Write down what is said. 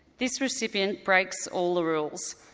this recipient breaks all the rules.